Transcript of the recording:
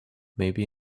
maybe